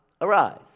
arise